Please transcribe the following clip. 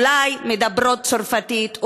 אולי מדברות צרפתית,